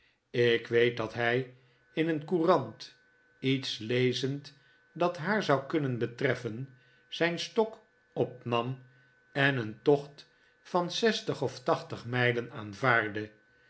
ik weet dat hij in een courant iets lezend dat haar zou kunnen betreffen zijn stok opnam en een tocht van zestig of tachtig mijlen aanvaardde